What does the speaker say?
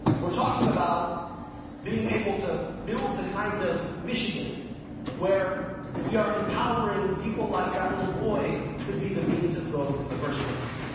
we're talking about being able to build the kind of michigan where we are empowering people like that little boy to be the means of growth in the first place.